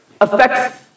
affects